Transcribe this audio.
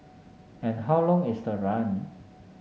and how long is the run